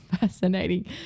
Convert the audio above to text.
fascinating